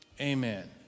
Amen